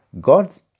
God's